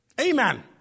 Amen